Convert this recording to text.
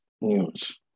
news